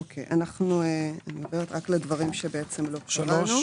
אוקיי, אנחנו נדבר רק על הדברים שבעצם לא קראנו.